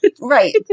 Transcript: right